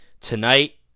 tonight